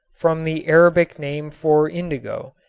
from the arabic name for indigo,